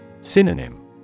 Synonym